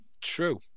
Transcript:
True